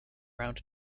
round